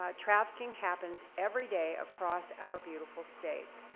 ah trafficking happens every day across our beautiful state.